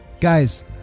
Guys